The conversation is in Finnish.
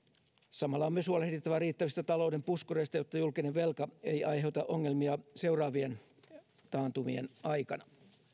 samalla on myös huolehdittava riittävistä talouden puskureista jotta julkinen velka ei aiheuta ongelmia seuraavien taantumien aikana